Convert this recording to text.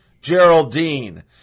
Geraldine